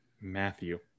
Matthew